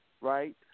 right